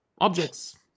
objects